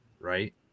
right